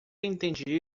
entende